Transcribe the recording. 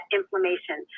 inflammation